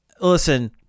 listen